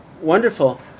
wonderful